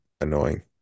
annoying